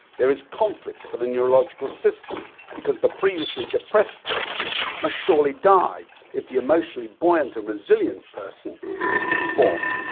there is conflict for the neurological system because the previously depressed person must surely die if the emotional buoyant and resilient person is to be born.